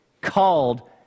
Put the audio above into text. called